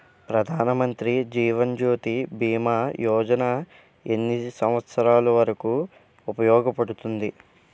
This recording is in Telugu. ప్రధాన్ మంత్రి జీవన్ జ్యోతి భీమా యోజన ఎన్ని సంవత్సారాలు వరకు ఉపయోగపడుతుంది?